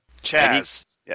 Chaz